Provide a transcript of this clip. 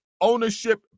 ownership